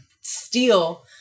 steal